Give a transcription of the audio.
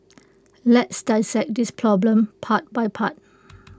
let's dissect this problem part by part